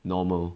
normal